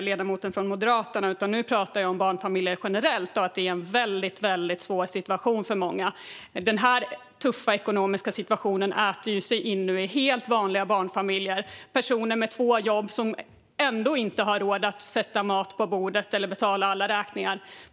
ledamoten från Moderaterna. Nu pratar jag om barnfamiljer generellt. Det är en väldigt svår situation för många. Den tuffa ekonomiska situationen äter sig in i helt vanliga barnfamiljer där båda jobbar men ändå inte har råd att sätta mat på bordet eller betala alla räkningar.